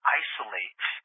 isolate